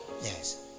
yes